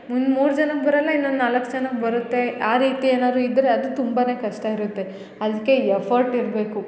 ಇನ್ನ ಮೂರು ಜನಕ್ಕೆ ಬರಲ್ಲ ಇನ್ನೊಂದು ನಾಲ್ಕು ಜನಕ್ಕೆ ಬರುತ್ತೆ ಆ ರೀತಿ ಏನಾರು ಇದ್ದರೆ ಅದು ತುಂಬ ಕಷ್ಟ ಇರುತ್ತೆ ಅದಕ್ಕೆ ಎಫರ್ಟ್ ಇರಬೇಕು